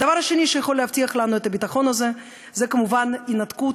הדבר השני שיכול להבטיח לנו את הביטחון הזה הוא כמובן הינתקות,